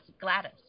Gladys